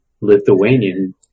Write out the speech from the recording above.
Lithuanian